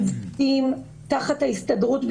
הם תחת ההסתדרות,